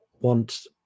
want